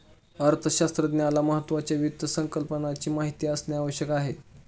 अर्थशास्त्रज्ञाला महत्त्वाच्या वित्त संकल्पनाची माहिती असणे आवश्यक आहे